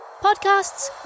podcasts